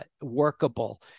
workable